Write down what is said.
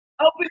open